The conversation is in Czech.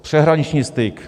Přeshraniční styk.